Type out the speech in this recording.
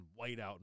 whiteout